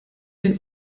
den